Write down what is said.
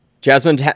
Jasmine